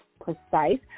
precise